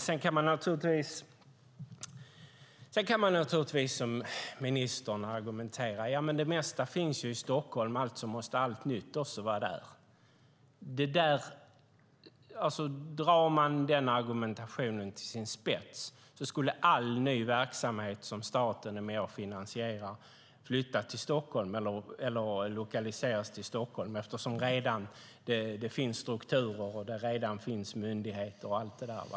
Sedan kan man naturligtvis argumentera som ministern och säga att det mesta finns i Stockholm och att allt nytt också måste vara där. Drar man denna argumentation till sin spets skulle all ny verksamhet som staten är med och finansierar lokaliseras till Stockholm eftersom det redan finns strukturer, myndigheter och så vidare där.